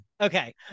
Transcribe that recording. Okay